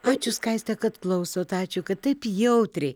ačiū skaiste kad klausot ačiū kad taip jautriai